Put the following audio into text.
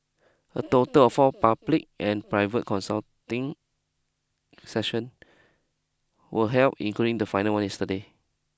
a total of four public and private consulting sessions were held including the final one yesterday